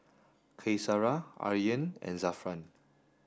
Qaisara Aryan and Zafran